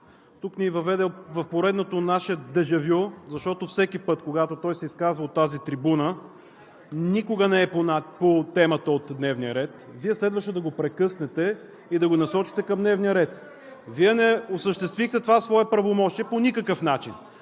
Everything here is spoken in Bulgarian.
тук ни въведе в поредното наше дежавю, защото всеки път, когато той се изказва от тази трибуна, никога не е по темата от дневния ред, Вие следваше да го прекъснете и да го насочите към дневния ред. Не осъществихте това свое правомощие по никакъв начин!